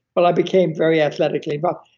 well i became very athletically buffed,